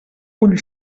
ull